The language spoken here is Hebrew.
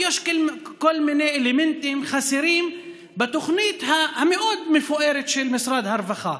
ויש עוד כל מיני אלמנטים חסרים בתוכנית המאוד-מפוארת של משרד הרווחה.